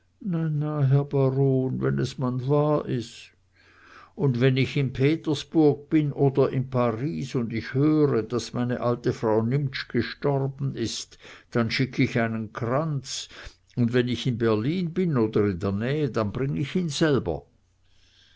herr baron wenn es man wahr is und wenn ich in petersburg bin oder in paris und ich höre daß meine alte frau nimptsch gestorben ist dann schick ich einen kranz und wenn ich in berlin bin oder in der nähe dann bring ich ihn selber